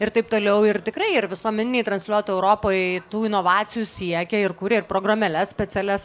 ir taip toliau ir tikrai ir visuomeniniai transliuotojai europoje tų inovacijų siekia ir kuria ir programėles specialias